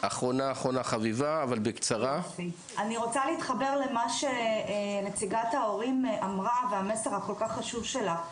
ׁ אני רוצה להתחבר למה שאמרה נציגת ההורים ולמסר החשוב שלה.